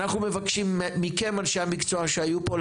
אנחנו מבקשים מכם אנשי המקצוע שהיו פה,